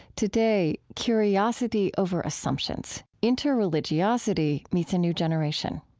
today curiosity over assumptions interreligiosity meets a new generation.